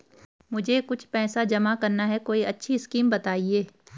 मुझे कुछ पैसा जमा करना है कोई अच्छी स्कीम बताइये?